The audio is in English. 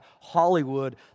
Hollywood